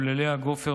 וללאה גופר,